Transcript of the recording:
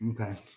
Okay